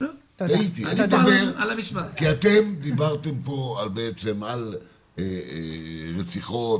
אתם דיברתם פה בעצם על רציחות,